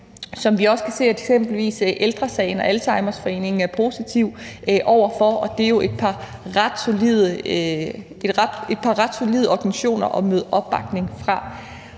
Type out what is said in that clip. som vi også kan se at eksempelvis Ældre Sagen og Alzheimerforeningen er positive over for, og det er jo et par ret solide organisationer at møde opbakning fra.